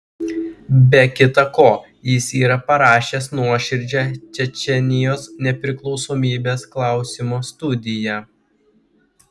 be kita ko jis yra parašęs nuoširdžią čečėnijos nepriklausomybės klausimo studiją